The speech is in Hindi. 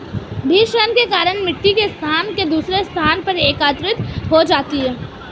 भूक्षरण के कारण मिटटी एक स्थान से दूसरे स्थान पर एकत्रित हो जाती है